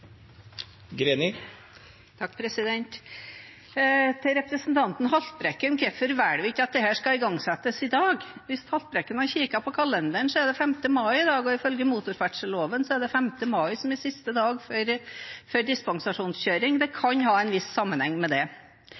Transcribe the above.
Haltbrekken om hvorfor vi ikke velger at dette skal igangsettes i dag: Hvis Haltbrekken hadde kikket på kalenderen, er det 5. mai i dag, og ifølge motorferdselloven er det 5. mai som er siste dagen for dispensasjonskjøring – det kan ha en viss sammenheng med det.